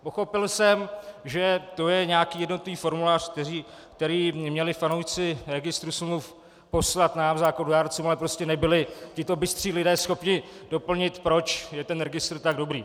Pochopil jsem, že to je nějaký jednotný formulář, který měli fanoušci registru smluv poslat nám zákonodárcům, ale prostě nebyli tito bystří lidé schopni doplnit, proč je registr tak dobrý.